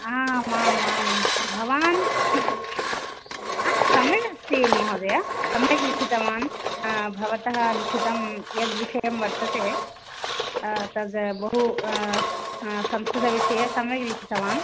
आम् आम् आं भवान् सम्यक् अस्ति महोदय सम्यक् लिखितवान् भवतः लिखितं यद्विषयं वर्तते तद्बहु संस्कृतविषये सम्यक् लिखितवान्